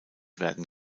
werden